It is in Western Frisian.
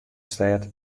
stêd